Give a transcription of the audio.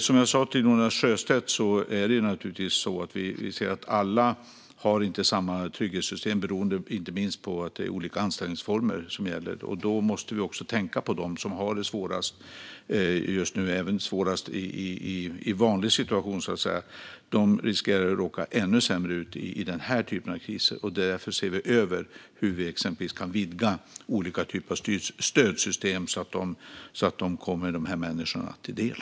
Som jag sa till Jonas Sjöstedt har inte alla samma trygghetssystem, inte minst beroende på att det är olika anställningsformer som gäller. Då måste vi tänka på dem som har det svårast även när det är en vanlig situation. De riskerar att råka ännu mer illa ut vid den här typen av kriser. Vi ser därför över hur vi exempelvis kan vidga olika typer av stödsystem så att de kommer dessa människor till del.